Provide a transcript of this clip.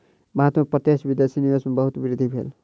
भारत में प्रत्यक्ष विदेशी निवेश में बहुत वृद्धि भेल